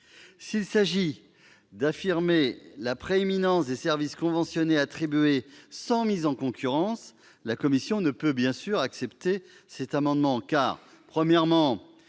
S'il s'agit d'affirmer la prééminence des services conventionnés attribués sans mise en concurrence, la commission ne peut évidemment pas accepter l'amendement. D'une part,